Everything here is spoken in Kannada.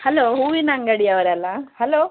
ಹಲೋ ಹೂವಿನ ಅಂಗಡಿಯವರಲ್ವಾ ಹಲೋ